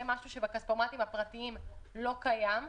זה משהו שבכספומטים הפרטיים לא קיים,